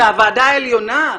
מהוועדה העליונה?